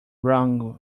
wrong